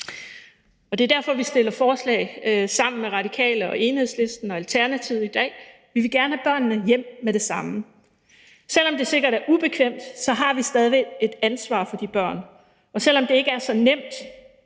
Det er derfor, vi fremsætter forslag sammen med Radikale, Enhedslisten og Alternativet i dag, for vi vil gerne have børnene hjem med det samme. Selv om det sikkert er ubekvemt, har vi stadig væk et ansvar for de børn, og selv om det ikke er så nemt,